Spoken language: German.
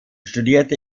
studierte